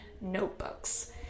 notebooks